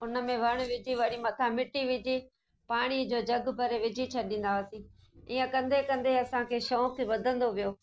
उन में वणु विझी वरी मथां मिटी विझी पाणी जो जग भरे विझी छॾींदा हुआसीं ईअं कंदे कंदे असांखे शौक़ु वधंदो वियो